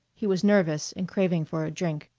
he was nervous and craving for a drink.